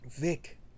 Vic